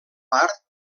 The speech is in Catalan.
part